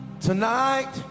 tonight